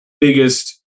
biggest